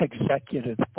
executive